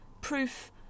proof